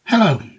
Hello